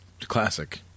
classic